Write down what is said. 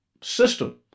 system